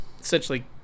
essentially